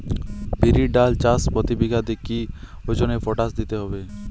বিরির ডাল চাষ প্রতি বিঘাতে কি ওজনে পটাশ দিতে হবে?